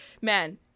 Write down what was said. man